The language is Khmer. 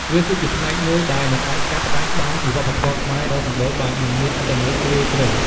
វាគឺជាផ្នែកមួយដែលមិនអាចកាត់ផ្តាច់បានពីវប្បធម៌ខ្មែរដ៏សម្បូរបែប និងមានអត្ថន័យជ្រាលជ្រៅ។